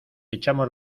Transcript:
echamos